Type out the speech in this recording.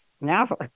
Now